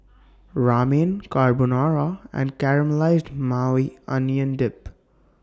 Ramen Carbonara and Caramelized Maui Onion Dip